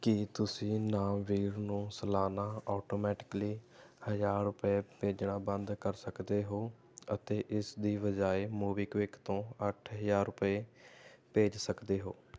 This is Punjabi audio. ਕੀ ਤੁਸੀਂ ਨਾਮਵੀਰ ਨੂੰ ਸਲਾਨਾ ਆਟੋਮੈਟਿਕਲੀ ਹਜ਼ਾਰ ਰੁਪਏ ਭੇਜਣਾ ਬੰਦ ਕਰ ਸਕਦੇ ਹੋ ਅਤੇ ਇਸ ਦੀ ਬਜਾਏ ਮੋਬੀਕਵਿਕ ਤੋਂ ਅੱਠ ਹਜ਼ਾਰ ਰੁਪਏ ਭੇਜ ਸਕਦੇ ਹੋ